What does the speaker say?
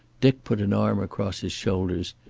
dick put an arm across his shoulders,